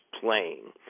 playing